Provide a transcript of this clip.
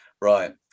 right